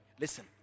Listen